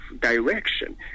direction